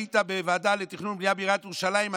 היית בוועדה לתכנון ובנייה בעיריית ירושלים.